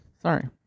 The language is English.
Sorry